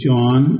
John